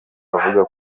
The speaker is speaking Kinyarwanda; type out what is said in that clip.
avuga